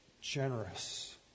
generous